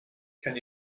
can